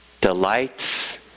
Delights